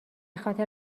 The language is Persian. خاطر